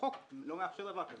החוק לא מאפשר דבר כזה.